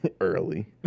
Early